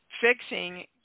Fixing